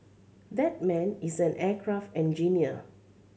that man is an aircraft engineer